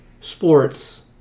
sports